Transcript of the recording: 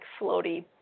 floaty